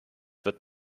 wird